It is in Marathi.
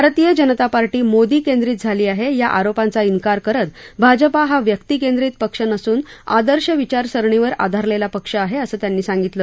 भारतीय जनता पार्टी मोदी केंद्रीत झाली आहे या आरोपांचा इन्कार करत भाजपा हा व्यक्ति केंद्रीत पक्ष नसून आदर्श विचार सरणीवर आधारलेला पक्ष आहे असं त्यांनी सांगितलं